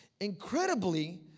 Incredibly